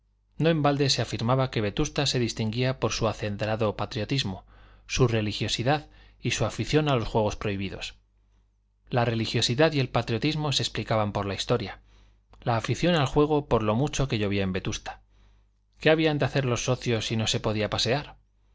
no en balde se afirmaba que vetusta se distinguía por su acendrado patriotismo su religiosidad y su afición a los juegos prohibidos la religiosidad y el patriotismo se explicaban por la historia la afición al juego por lo mucho que llovía en vetusta qué habían de hacer los socios si no se podía pasear